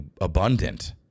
abundant